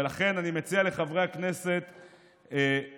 ולכן אני מציע לחברי הכנסת מימין,